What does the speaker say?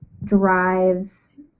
Drives